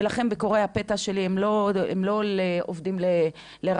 ולכן ביקורי הפתע שלי לא עובדים לרעתכם,